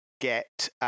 get